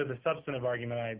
the substantive argument i